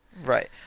Right